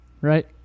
right